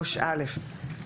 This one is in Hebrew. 3(א),